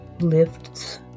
lifts